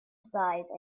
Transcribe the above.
size